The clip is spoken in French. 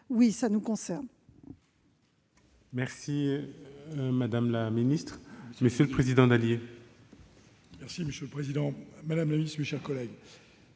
Oui, cela nous concerne